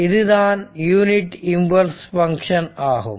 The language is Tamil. இதுதான் யூனிட் இம்பல்ஸ் பங்க்ஷன் ஆகும்